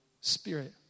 spirit